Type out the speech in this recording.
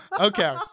okay